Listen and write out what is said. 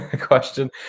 question